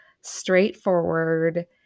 straightforward